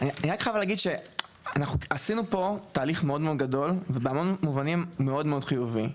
אני רק רוצה להגיד שעשינו פה תהליך מאוד גדול ובהמון מובנים מאוד חיובי,